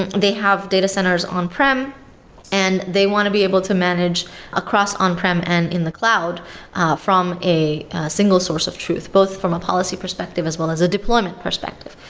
and they have data centers on-prem and they want to be able to manage across on-prem and in the cloud from a single source of truth, both from a policy perspective as well as a deployment perspective.